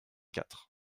quatre